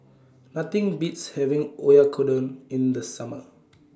Nothing Beats having Oyakodon in The Summer